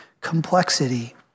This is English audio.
complexity